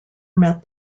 met